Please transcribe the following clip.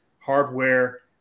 hardware